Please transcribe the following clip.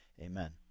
Amen